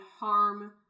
harm